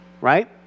Right